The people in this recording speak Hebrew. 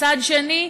מצד שני,